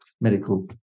medical